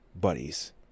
buddies